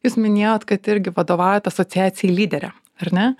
jūs minėjot kad irgi vadovaujat asociacijai lyderė ar ne